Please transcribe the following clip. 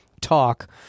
talk